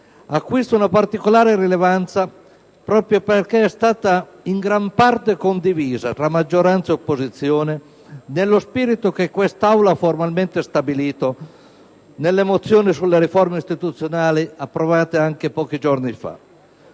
acquista una particolare rilevanza proprio perché è stata in gran parte condivisa tra maggioranza e opposizione, nello spirito che quest'Aula ha formalmente stabilito nelle mozioni sulle riforme istituzionali approvate pochi giorni fa.